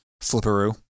flipperoo